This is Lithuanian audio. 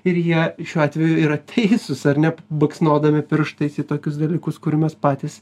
ir jie šiuo atveju yra teisūs ar ne baksnodami pirštais į tokius dalykus kurių mes patys